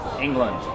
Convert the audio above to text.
england